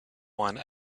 one